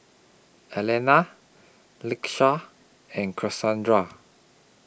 Alannah Lakeisha and Kasandra